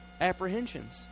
apprehensions